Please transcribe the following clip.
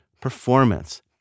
performance